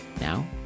Now